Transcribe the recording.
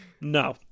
No